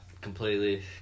completely